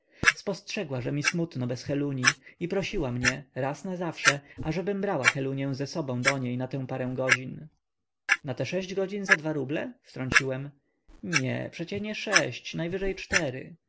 spostrzegła że mi smutno bez heluni i prosiła mnie raz na zawsze ażebym brała helunię ze sobą do niej na tę parę godzin na te sześć godzin za dwa ruble wtrąciłem nie przecie nie sześć najwyżej cztery